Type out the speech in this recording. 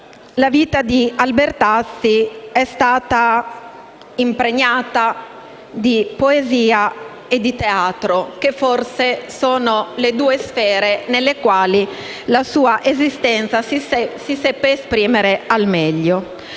la vita di Albertazzi è stata impregnata di poesia e di teatro, che forse sono le due sfere nelle quali la sua esistenza seppe esprimersi al meglio.